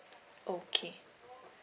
okay